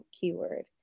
keyword